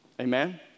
Amen